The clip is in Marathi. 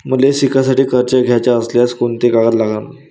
मले शिकासाठी कर्ज घ्याचं असल्यास कोंते कागद लागन?